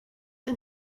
and